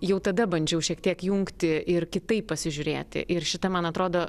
jau tada bandžiau šiek tiek jungti ir kitaip pasižiūrėti ir šita man atrodo